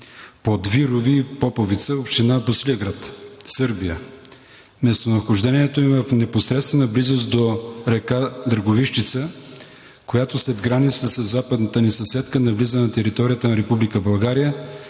„Подвирови“ и „Поповица“, община Босилеград, Сърбия. Местонахождението им е в непосредствена близост до река Драговищица, която след границата със западната ни съседка навлиза на територията на